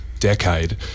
decade